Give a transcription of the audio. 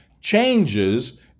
changes